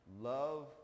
Love